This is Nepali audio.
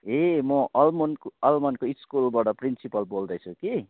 ए म अलमोन अलमोनको स्कुलबाट प्रिन्सिपल बोल्दैछु कि